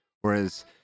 whereas